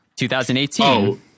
2018